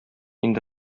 инде